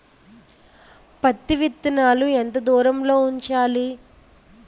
పత్తి విత్తనాలు ఎంత దూరంలో ఉంచాలి?